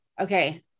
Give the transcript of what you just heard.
Okay